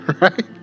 Right